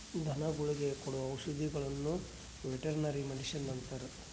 ಧನಗುಳಿಗೆ ಕೊಡೊ ಔಷದಿಗುಳ್ನ ವೆರ್ಟನರಿ ಮಡಿಷನ್ ಅಂತಾರ